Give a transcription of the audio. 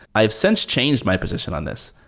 i've since changed my position on this.